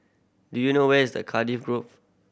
do you know where is the Cardifi Grove